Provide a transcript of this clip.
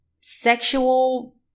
sexual